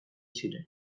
ziren